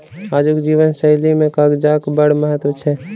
आजुक जीवन शैली मे कागजक बड़ महत्व छै